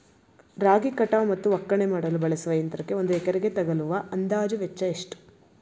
ರಾಗಿ ಕಟಾವು ಮತ್ತು ಒಕ್ಕಣೆ ಮಾಡಲು ಬಳಸುವ ಯಂತ್ರಕ್ಕೆ ಒಂದು ಎಕರೆಗೆ ತಗಲುವ ಅಂದಾಜು ವೆಚ್ಚ ಎಷ್ಟು?